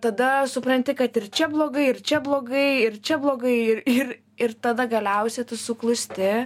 tada supranti kad ir čia blogai ir čia blogai ir čia blogai ir ir ir tada galiausiai tu suklūsti